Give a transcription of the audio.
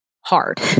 hard